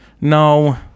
No